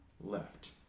left